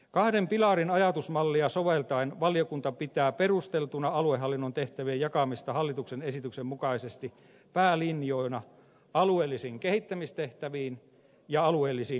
kahden pilarin ajatusmallia soveltaen valiokunta pitää perusteltuna aluehallinnon tehtävien jakamista hallituksen esityksen mukaisesti päälinjoina alueellisiin kehittämistehtäviin ja alueellisiin yhdenvertaisuustehtäviin